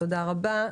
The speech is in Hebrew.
תודה רבה.